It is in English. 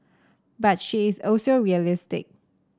but she is also realistic